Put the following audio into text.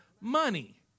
money